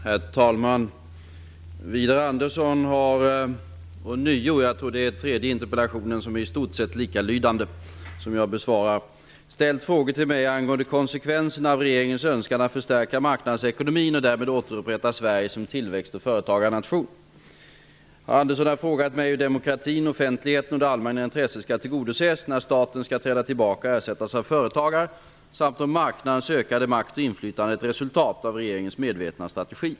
Herr talman! Widar Andersson har, ånyo -- jag tror att det är den tredje i stort sett likalydande interpellationen som jag besvarar -- ställt frågor till mig angående konsekvenserna av regeringens önskan att förstärka marknadsekonomin och därmed återupprätta Sverige som tillväxt och företagarnation. Andersson har frågat mig hur demokratin, offentligheten och det allmänna intresset skall tillgodoses när staten skall träda tillbaka och ersättas av företagare samt om marknadens ökade makt och inflytande är ett resultat av regeringens medvetna strategi.